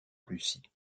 russie